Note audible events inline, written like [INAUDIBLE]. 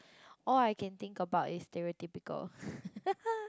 all I can think about is stereotypical [LAUGHS]